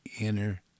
inner